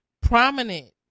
prominent